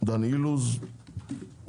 דני אילוז,